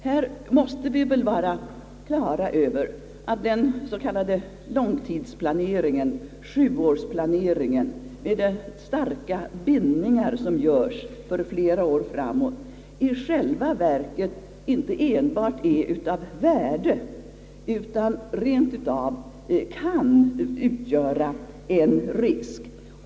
Här måste vi väl vara på det klara med att den s.k. långtidsplaneringen, sjuårsplaneringen, med de starka bindningar som görs för flera år framåt, i själva verket inte enbart är av värde, utan rent av kan utgöra en risk.